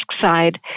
side